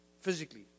physically